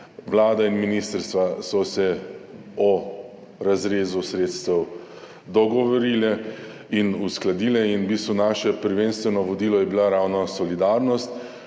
Vlada in ministrstva so se o razrezu sredstev dogovorili in uskladili. Naše prvenstveno vodilo je bila ravno solidarnost